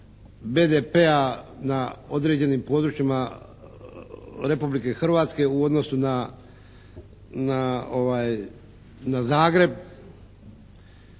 BDP-a na određenim područjima Republike Hrvatske u odnosu na Zagreb